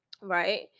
right